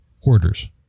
hoarders